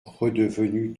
redevenu